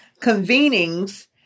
convenings